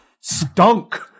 stunk